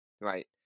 right